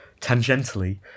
tangentially